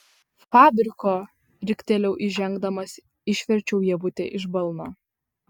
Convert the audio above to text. fabriko riktelėjau įžengdamas išverčiau ievutę iš balno